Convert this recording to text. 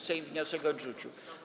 Sejm wniosek odrzucił.